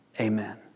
amen